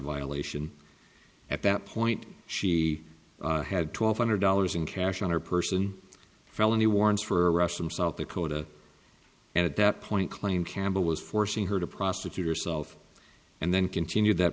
violation at that point she had twelve hundred dollars in cash on her person felony warrants for rush from south dakota and at that point claimed campbell was forcing her to prostitute or self and then continued that